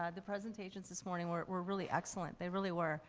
ah the presentations this morning were, were really excellent, they really were,